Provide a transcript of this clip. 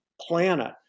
planet